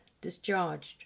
Discharged